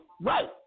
Right